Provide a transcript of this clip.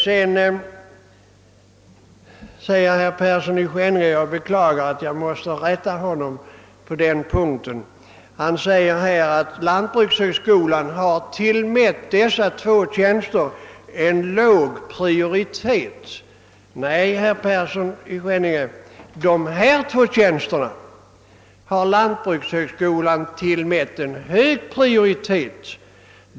Herr Persson i Skänninge säger — och jag är ledsen att jag måste rätta honom på den punkten — att lantbrukshögskolan har givit de två aktuella tjänsterna låg prioritet. Nej, herr Persson i Skänninge, lantbrukshögskolan har faktiskt givit dessa tjänster hög prioritet.